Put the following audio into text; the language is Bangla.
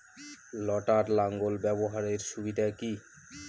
লটার লাঙ্গল ব্যবহারের সুবিধা কি?